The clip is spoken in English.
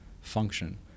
function